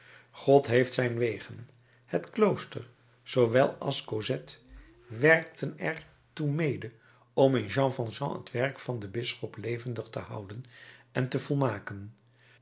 god heeft zijn wegen het klooster zoowel als cosette werkten er toe mede om in jean valjean het werk van den bisschop levendig te houden en te volmaken